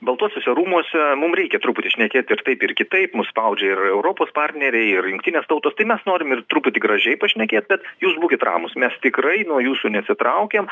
baltuosiuose rūmuose mums reikia truputį šnekėti ir taip ir kitaip mus spaudžia ir europos partneriai ir jungtinės tautos tai mes norim ir truputį gražiai pašnekėt bet jūs būkit ramūs mes tikrai nuo jūsų neatsitraukėm